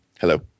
Hello